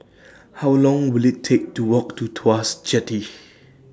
How Long Will IT Take to Walk to Tuas Jetty